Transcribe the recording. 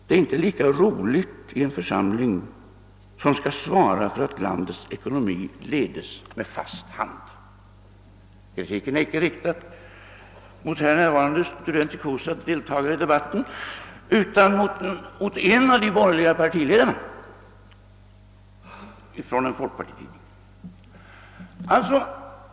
Det är inte lika roligt i en församling, som skall svara för att landets ekonomi ledes med fast hand.» Kritiken är inte riktad mot här närvarande studentikosa deltagare i debatten utan mot en av de borgerliga partiledarna.